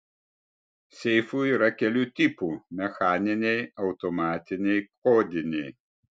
seifų yra kelių tipų mechaniniai automatiniai kodiniai